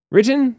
Written